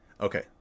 Okay